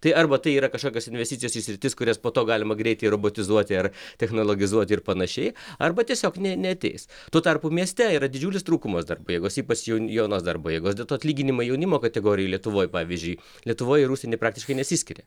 tai arba tai yra kažkokios investicijos į sritis kurias po to galima greitai robotizuoti ar technologizuoti ir panašiai arba tiesiog nė neateis tuo tarpu mieste yra didžiulis trūkumas darbo jėgos ypač jaunos darbo jėgos dėl to atlyginimai jaunimo kategorijoj lietuvoj pavyzdžiui lietuvoj ir užsieny praktiškai nesiskiria